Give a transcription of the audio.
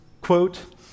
quote